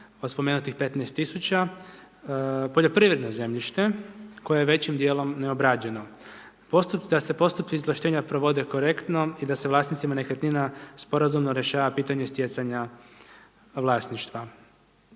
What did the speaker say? od spomenutih 15000, poljoprivredno zemljište koje je većim dijelom neobrađeno. Da se postupci izvlaštenja provode korektno i da se vlasnicima nekretnina sporazumno rješava pitanje stjecanja vlasništva.